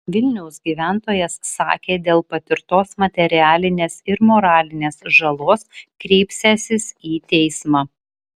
vilniaus gyventojas sakė dėl patirtos materialinės ir moralinės žalos kreipsiąsis į teismą